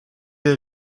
der